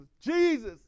Jesus